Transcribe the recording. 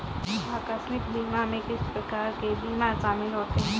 आकस्मिक बीमा में किस प्रकार के बीमा शामिल होते हैं?